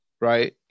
right